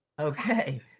Okay